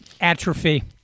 atrophy